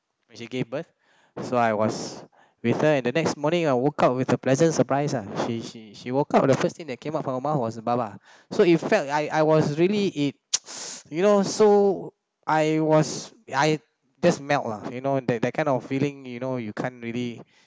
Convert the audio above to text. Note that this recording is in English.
when she gave birth so I was with her at the next morning I woke up with the pleasant surprise ah she she she woke up the first thing that came out from her mouth was baba so it felt I I was really it you know so I was I just melt lah you know that that kind of feeling you know you can't really